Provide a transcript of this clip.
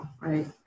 right